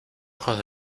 ojos